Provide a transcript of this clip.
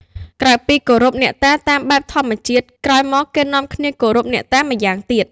ក្រៅពីគោរពអ្នកតាតាមបែបធម្មជាតិ ក្រោយមកគេក៏នាំគ្នាគោរពអ្នកតាម្យ៉ាងទៀត។